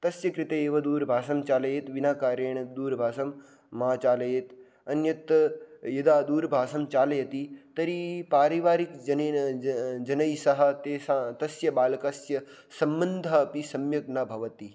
तस्य कृते एव दूरभाषां चालयेत् विना कार्येण दूरभाषां मा चालयेत् अन्यत् यदा दूरभाषां चालयति तर्हि पारिवारिकजनेन जनैः सह तेषां तस्य बालकस्य सम्बन्धः अपि सम्यक् न भवति